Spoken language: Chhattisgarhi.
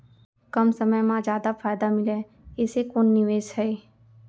कम समय मा जादा फायदा मिलए ऐसे कोन निवेश हे?